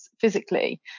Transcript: physically